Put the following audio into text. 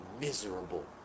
miserable